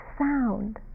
sound